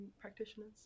practitioners